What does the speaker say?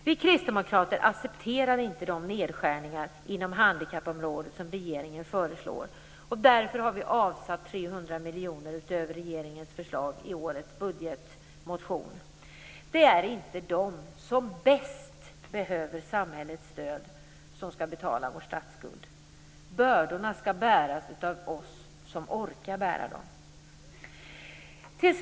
Vi kristdemokrater accepterar inte de nedskärningar inom handikappområdet som regeringen föreslår. Därför har vi avsatt 300 miljoner utöver regeringens förslag i årets budgetmotion. Det är inte de som bäst behöver samhällets stöd som skall betala vår statsskuld. Bördorna skall bäras av oss som orkar bära dem. Fru talman!